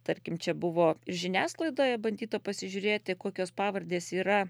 tarkim čia buvo ir žiniasklaidoje bandyta pasižiūrėti kokios pavardės yra